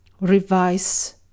revise